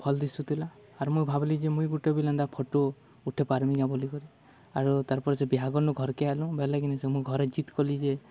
ଭଲ ଦିଶୁ ଥିଲା ଆର୍ ମୁଇଁ ଭାବିଲି ଯେ ମୁଇଁ ଗୁଟେ ବିଲି ଏନ୍ତା ଫଟୋ ଉଠେ ପାର୍ମି କା ବୋଲିିକରି ଆରୁ ତାର୍ ପରେ ସେ ବିହାଗନୁ ଘରକେ ଆଲୁ ବଲେ କିିନେ ସେ ମୁଁ ଘରେ ଜିତ କଲି ଯେ